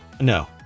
No